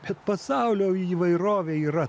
bet pasaulio įvairovė yra